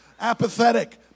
apathetic